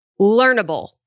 Learnable